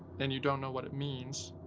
and you don't know what it means,